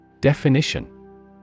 Definition